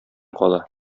кала